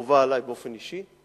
אהובה עלי באופן אישי.